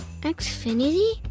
Xfinity